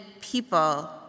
people